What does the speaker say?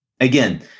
Again